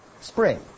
spring